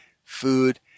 food